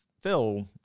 Phil